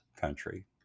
country